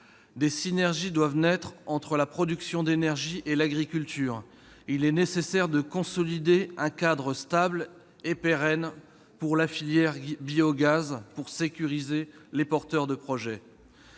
des synergies doivent naître entre la production d'énergie et l'agriculture. Il est nécessaire de consolider un cadre stable et pérenne pour la filière biogaz afin de sécuriser les porteurs de projet.